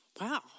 wow